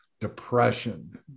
depression